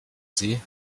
sie